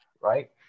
right